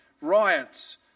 riots